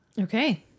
Okay